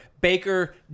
baker